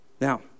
Now